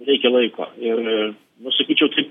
reikia laiko ir nu sakyčiau tai